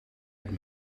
het